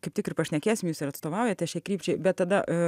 kaip tik ir pašnekėsim jūs atstovaujate šiai krypčiai bet tada